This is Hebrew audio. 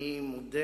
אני מודה